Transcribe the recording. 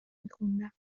میخوندم